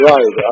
Right